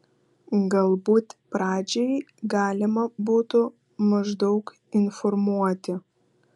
galbūt pradžiai galima būtų maždaug informuoti